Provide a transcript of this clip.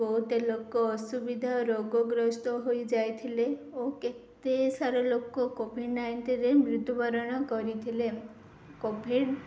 ବହୁତ ଲୋକ ଅସୁବିଧା ରୋଗଗ୍ରସ୍ତ ହୋଇଯାଇଥିଲେ ଓ କେତେସାରା ଲୋକ କୋଭିଡ଼୍ ନାଇଣ୍ଟିନ୍ରେ ମୃତ୍ୟୁବରଣ କରିଥିଲେ କୋଭିଡ଼୍